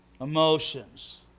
emotions